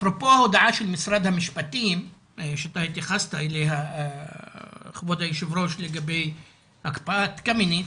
אפרופו ההודעה של משרד המשפטים שהתייחסת אליה לגבי הקפאת חוק קמיניץ,